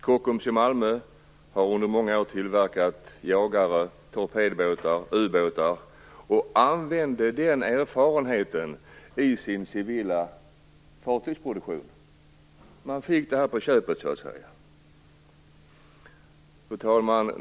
Kockums i Malmö tillverkade under många år jagare, torpedbåtar, ubåtar och använde den erfarenheten i sin civila fartygsproduktion. Man fick det här på köpet. Fru talman!